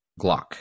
Glock